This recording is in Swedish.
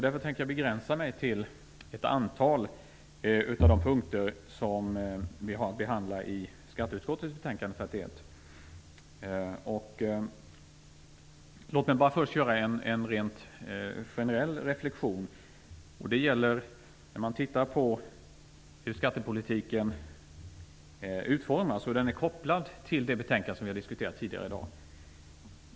Därför tänkte jag begränsa mig till ett antal av de punkter vi har att behandla i skatteutskottets betänkande 31. Låt mig bara först göra en rent generell reflexion. Det gäller hur skattepolitiken utformas och hur den är kopplad till det betänkande som vi har diskuterat tidigare i dag.